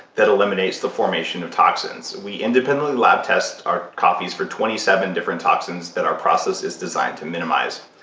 that eliminates the formation of toxins. we independently lab test our coffees for twenty seven different toxins that our process is designed to minimize.